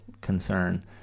concern